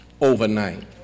overnight